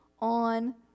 on